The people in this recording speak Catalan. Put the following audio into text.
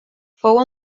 fou